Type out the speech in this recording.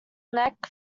neck